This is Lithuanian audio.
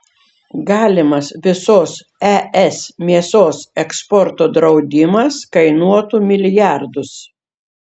galimas visos es mėsos eksporto draudimas kainuotų milijardus